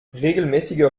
regelmäßiger